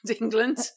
England